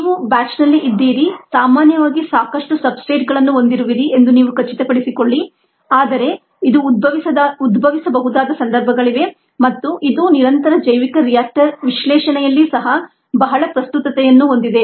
ನೀವು ಬ್ಯಾಚ್ನಲ್ಲಿ ಇದ್ದೀರಿ ಸಾಮಾನ್ಯವಾಗಿ ಸಾಕಷ್ಟು ಸಬ್ಸ್ಟ್ರೇಟ್ಗಳನ್ನು ಹೊಂದಿರುವಿರಿ ಎಂದು ನೀವು ಖಚಿತಪಡಿಸಿಕೊಳ್ಳಿ ಆದರೆ ಇದು ಉದ್ಭವಿಸಬಹುದಾದ ಸಂದರ್ಭಗಳಿವೆ ಮತ್ತು ಇದು ನಿರಂತರ ಜೈವಿಕ ರಿಯಾಕ್ಟರ್ ವಿಶ್ಲೇಷಣೆಯಲ್ಲಿ ಸಹ ಬಹಳ ಪ್ರಸ್ತುತತೆಯನ್ನು ಹೊಂದಿದೆ